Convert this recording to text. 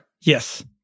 yes